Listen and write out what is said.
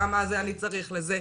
כמה זה אני צריך לזה.